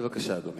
בבקשה, אדוני.